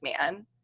man